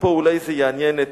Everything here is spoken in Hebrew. ופה אולי זה יעניין את